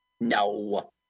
No